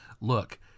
Look